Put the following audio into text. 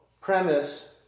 premise